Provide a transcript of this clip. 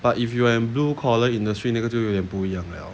but if you are in blue collar industry 那个就有点不一样了